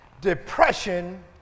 depression